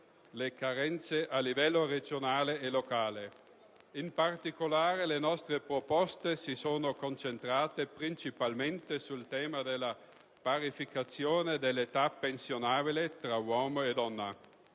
le carenze a livello regionale e locale. Le nostre proposte si sono concentrate in particolare sul tema della parificazione dell'età pensionabile tra uomo e donna.